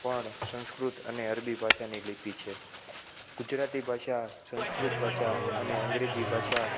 પણ સંસ્કૃત અને અરબી ભાષાની લિપિ છે ગુજરાતી ભાષા સંસ્કૃત ભાષા અને અંગ્રેજી ભાષા